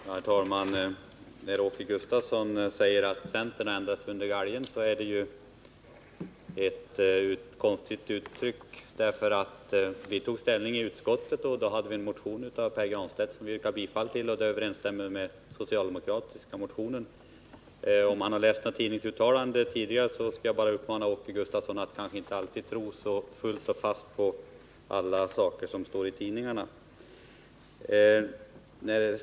Herr talman! Åke Gustavsson säger att centern har ändrat sig under galgen. Det är ett konstigt uttryck. Vi tog ställning i utskottet, där vi biträdde en motion av Pär Granstedt, som överensstämde med socialdemokratiska motioner. När Åke Gustavsson säger sig ha läst tidigare tidningsuttalanden, så vill jag uppmana honom att inte tro på allt som står i tidningarna.